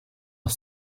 auf